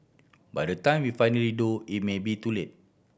by the time we finally do it may be too late